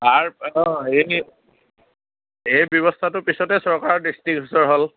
তাৰ অঁ এই এই ব্যৱস্থাটো পিছতে চৰকাৰৰ দৃষ্টিগোচৰ হ'ল